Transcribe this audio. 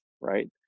right